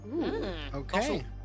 okay